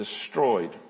destroyed